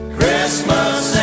Christmas